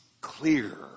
clear